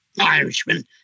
Irishman